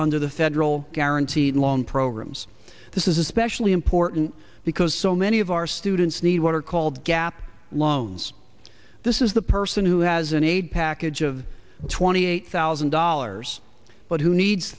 under the federal guaranteed loan programs this is especially important because so many of our students need what are called gap loans this is the person who has an aid package of twenty eight thousand dollars but who needs